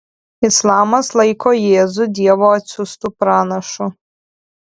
islamas laiko jėzų dievo atsiųstu pranašu